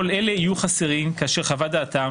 כל אלה יהיו חסרים כאשר חוות-דעתם